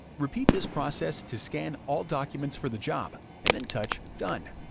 repeat this process to scan all documents for the job, and then touch done.